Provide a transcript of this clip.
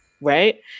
Right